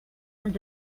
going